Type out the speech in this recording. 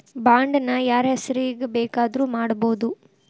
Bond ನ ಯಾರ್ಹೆಸ್ರಿಗ್ ಬೆಕಾದ್ರುಮಾಡ್ಬೊದು?